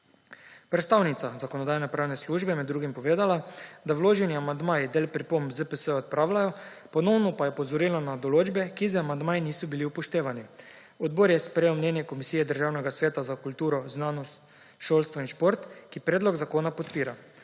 Predstavnica Zakonodajno-pravne službe je med drugim povedala, da vloženi amandmaji del pripomb ZPS odpravljajo, ponovno pa je opozorila na določbe, ki z amandmaji niso bile upoštevane. Odbor je sprejel mnenje Komisije Državnega sveta za kulturo, znanost, šolstvo in šport, ki predlog zakona podpira.